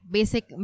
Basic